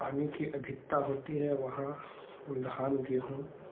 पानी की अधिकता होती है वहाँ धान गेहूँ